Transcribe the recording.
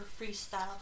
freestyle